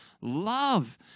love